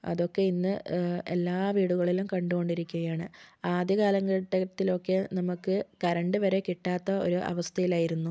അതൊക്കെ ഇന്ന് എല്ലാ വീടുകളിലും കണ്ടുകൊണ്ടിരിക്കുകയാണ് ആദ്യകാലഘട്ടത്തിൽ ഒക്കെ നമുക്ക് കരണ്ട് വരെ കിട്ടാത്ത ഒരു അവസ്ഥയിലായിരുന്നു